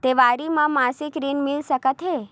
देवारी म मासिक ऋण मिल सकत हे?